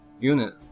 unit